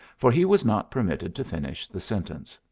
for he was not permitted to finish the sentence.